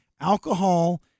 alcohol